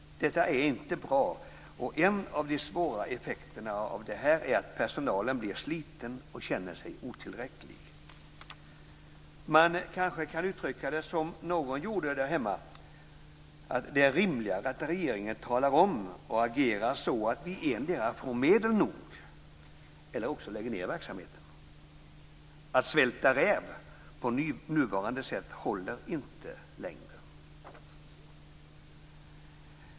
Detta är inte bra, och en av de svåra effekterna av det här är att personalen blir sliten och känner sig otillräcklig. Man kanske kan uttrycka det som någon gjorde där hemma: Det är rimligare att regeringen talar om och agerar så att vi endera får medel nog eller också lägger ned verksamheten. Att svälta räv på nuvarande sätt håller inte längre.